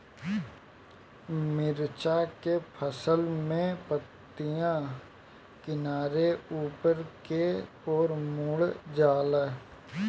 मिरचा के फसल में पतिया किनारे ऊपर के ओर मुड़ जाला?